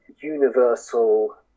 universal